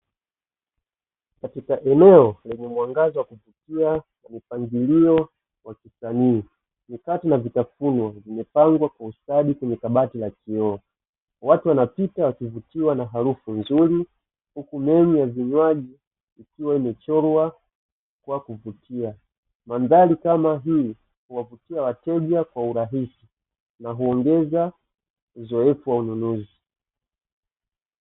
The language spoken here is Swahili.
Katika eneo lenye mwangaza wa kuvutia mpangilio wa kisanii, mikate na vitafunwa vimepangwa kwa ustadi kwenye kabati la kioo; watu wanapita wakivutiwa na harufu nzuri huku menyu ya vinywaji ikiwa imechorwa kwa kuvutia, mandhari kama hii kuwavutia wateja kwa urahisi na huongeza uzoefu wa ununuzi.